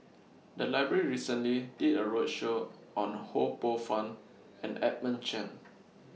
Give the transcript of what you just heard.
The Library recently did A roadshow on Ho Poh Fun and Edmund Chen